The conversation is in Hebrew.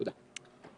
תודה.